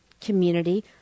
community